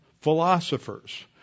philosophers